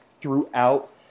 throughout